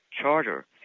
Charter